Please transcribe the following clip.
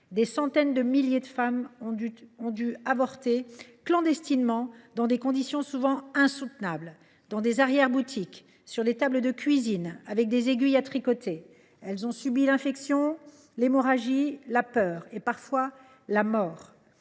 des centaines de milliers de femmes ont dû avorter clandestinement, dans des conditions souvent insoutenables, dans des arrière boutiques, sur des tables de cuisine, avec des aiguilles à tricoter. Elles ont subi l’infection, l’hémorragie, la peur et, parfois, la mort.